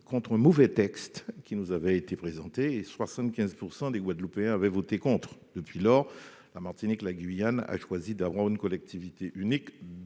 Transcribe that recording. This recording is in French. contre un mauvais texte qui nous avait été présenté ; 75 % des Guadeloupéens avaient voté contre. Depuis lors, la Martinique comme la Guyane ont choisi d'adopter le statut de collectivité unique